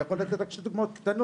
אני יכול לתת רק שתי דוגמאות קטנות,